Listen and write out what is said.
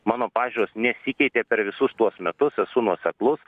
mano pažiūros nesikeitė per visus tuos metus esu nuoseklus